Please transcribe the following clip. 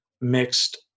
mixed